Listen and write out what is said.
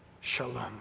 shalom